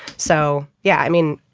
so yeah, i mean,